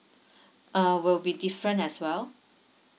uh will be different as well